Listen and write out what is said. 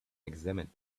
examined